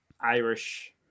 Irish